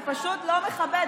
זה פשוט לא מכבד,